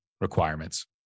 requirements